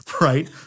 Right